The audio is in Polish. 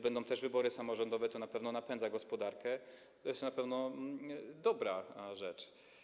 Będą też wybory samorządowe, to na pewno napędza gospodarkę, to jest na pewno dobra rzecz.